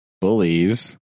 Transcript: bullies